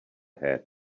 hat